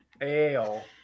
Ale